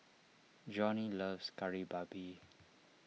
Johnie loves Kari Babi